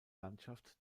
landschaft